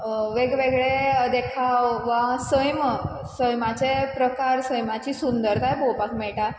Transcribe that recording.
वेगवेगळे देखाव वा सैम सैमाचे प्रकार सैमाची सुंदरकाय पळोवपाक मेळटा